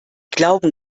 glauben